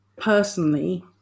personally